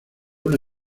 una